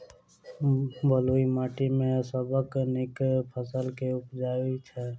बलुई माटि मे सबसँ नीक फसल केँ उबजई छै?